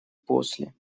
после